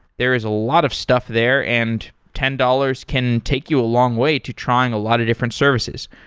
there is a lot of stuff there, and ten dollars can take you a long way to trying a lot of different services.